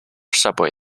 subway